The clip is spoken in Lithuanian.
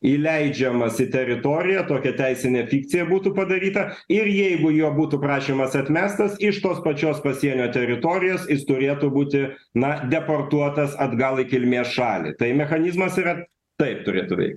įleidžiamas į teritoriją tokia teisinė fikcija būtų padaryta ir jeigu jo būtų prašymas atmestas iš tos pačios pasienio teritorijos jis turėtų būti na deportuotas atgal į kilmės šalį tai mechanizmas yra taip turėtų vei